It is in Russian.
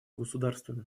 государствами